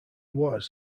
was